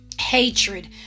hatred